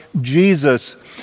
Jesus